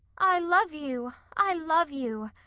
i love you! i love you!